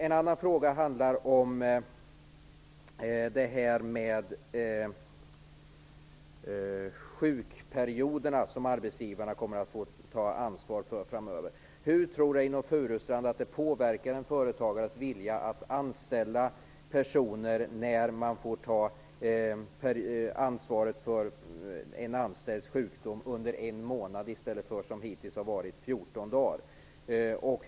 En annan fråga handlar om sjukperioderna, som arbetsgivarna kommer att få ta ansvar för framöver. Hur tror Reynoldh Furustrand att det påverkar en företagares vilja att anställa personer när han eller hon får ta ansvaret för en anställds sjukdom under en månad i stället för, som hittills, 14 dagar?